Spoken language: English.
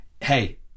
hey